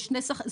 יש שני ספקים.